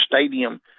stadium